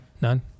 None